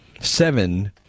seven